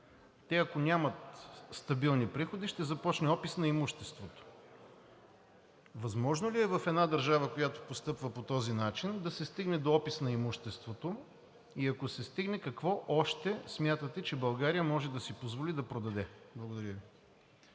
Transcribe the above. те ако нямат стабилни приходи, ще започне опис на имуществото. Възможно ли е в една държава, която постъпва по този начин, да се стигне до опис на имуществото и ако се стигне, какво още смятате, че България може да си позволи да продаде? Благодаря Ви.